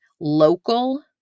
local